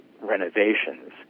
renovations